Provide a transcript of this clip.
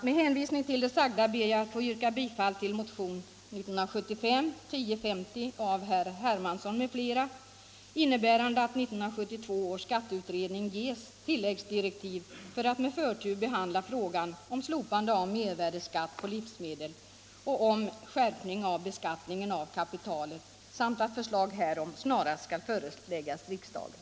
Med hänvisning till det sagda ber jag att få yrka bifall till motionen 1975:1050 av herr Hermansson m.fl., innebärande att 1972 års skatteutredning ges tilläggsdirektiv att med förtur behandla frågan om slopande av mervärdeskatten på livsmedel och om skärpning av beskattningen av kapitalet samt att förslag härom snarast skall föreläggas riksdagen.